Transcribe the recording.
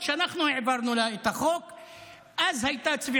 הצבענו יחד איתה,